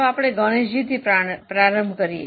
ચાલો આપણે ગણેશજીથી પ્રારંભ કરીએ